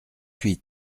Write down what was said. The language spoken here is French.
huit